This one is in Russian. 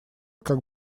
как